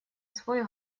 свой